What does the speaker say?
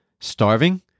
starving